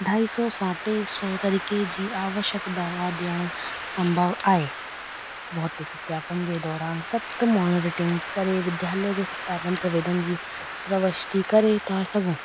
ढाई सौ सां टे सौ तरिक़े जी आवश्यक दवा ॾियण संभव आहे भौतिकि सत्यापन जे दौरानु सख़्तु मॉनिरिटिंग करे विद्यालय जे सत्यापन परवधन जी प्रवष्टि करे था सघूं